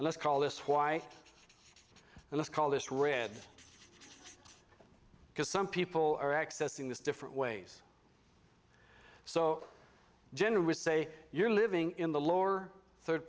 let's call this why so let's call this red because some people are accessing this different ways so generous say you're living in the lower third